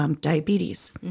diabetes